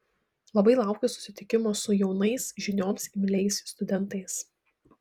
labai laukiu susitikimo su jaunais žinioms imliais studentais